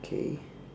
K